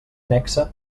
nexe